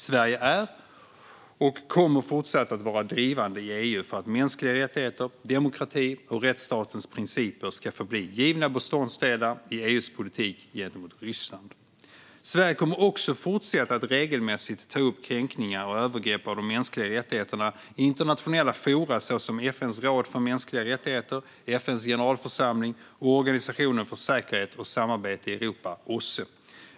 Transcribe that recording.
Sverige är och kommer fortsatt att vara drivande i EU för att mänskliga rättigheter, demokrati och rättsstatens principer ska förbli givna beståndsdelar i EU:s politik gentemot Ryssland. Sverige kommer också att fortsätta att regelmässigt ta upp kränkningar av och övergrepp mot de mänskliga rättigheterna i internationella forum såsom FN:s råd för mänskliga rättigheter, FN:s generalförsamling och Organisationen för säkerhet och samarbete i Europa, OSSE.